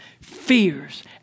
fears